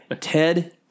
Ted